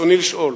רצוני לשאול: